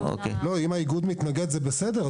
אם האיגוד מתנגד זה בסדר,